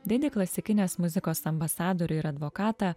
didį klasikinės muzikos ambasadorių ir advokatą